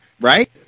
right